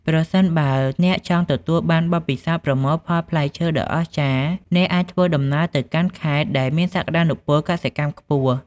ប្រសិនបើអ្នកចង់ទទួលបានបទពិសោធន៍ប្រមូលផលផ្លែឈើដ៏អស្ចារ្យ អ្នកអាចធ្វើដំណើរទៅកាន់ខេត្តដែលមានសក្តានុពលកសិកម្មខ្ពស់។